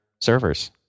servers